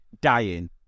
dying